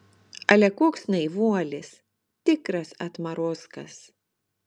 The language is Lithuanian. ale koks naivuolis tikras atmarozkas